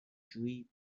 جویی